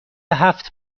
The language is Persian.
هفت